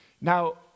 Now